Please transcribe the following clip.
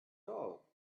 all